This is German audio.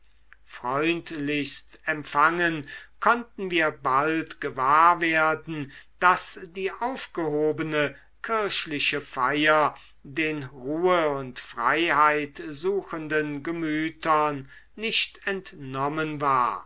freundlichst empfangen konnten wir bald gewahr werden daß die aufgehobene kirchliche feier den ruhe und freiheit suchenden gemütern nicht entnommen war